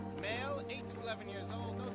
male, and age eleven years